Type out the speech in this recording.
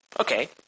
Okay